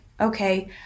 okay